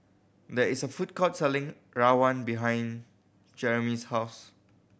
there is a food court selling rawon behind Jereme's house